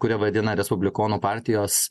kuria vadina respublikonų partijos